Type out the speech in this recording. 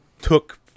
took